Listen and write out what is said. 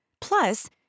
Plus